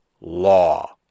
law